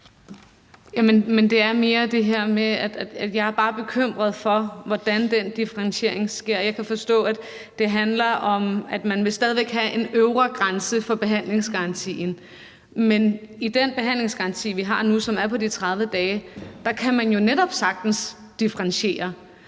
jeg bare er bekymret for, hvordan den differentiering sker. Jeg kan forstå, at det handler om, at man stadig væk vil have en øvre grænse for behandlingsgarantien. Men i den behandlingsgaranti, vi har nu, som er på de 30 dage, kan man jo netop sagtens differentiere.